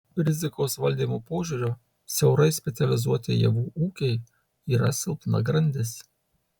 rizikos valdymo požiūriu siaurai specializuoti javų ūkiai yra silpna grandis